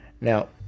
Now